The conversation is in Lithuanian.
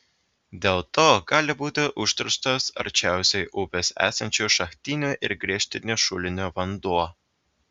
dėl to gali būti užterštas arčiausiai upės esančių šachtinių ir gręžtinių šulinių vanduo